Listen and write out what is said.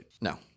No